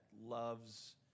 loves